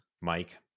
Mike